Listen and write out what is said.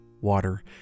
water